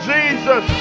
Jesus